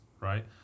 right